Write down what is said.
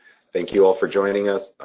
thank you all for joining us.